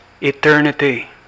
eternity